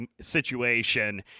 situation